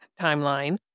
timeline